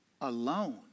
alone